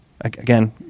again